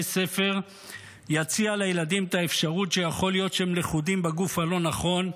ספר יציע לילדים את האפשרות שיכול להיות שהם לכודים בגוף הלא-נכון,